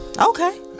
Okay